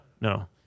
no